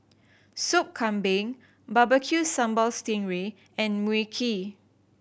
Soup Kambing bbq sambal sting ray and Mui Kee